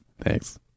thanks